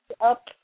up